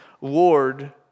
Lord